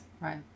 Right